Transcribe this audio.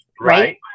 right